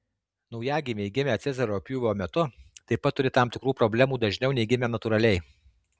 naujagimiai gimę cezario pjūvio metu taip pat turi tam tikrų problemų dažniau nei gimę natūraliai